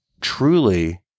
truly